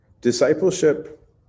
discipleship